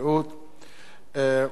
כפי שנאמר,